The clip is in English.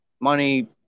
Money